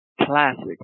classic